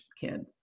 kids